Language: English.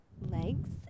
legs